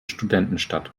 studentenstadt